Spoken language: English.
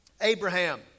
Abraham